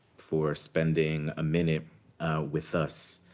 for spending a minute with us,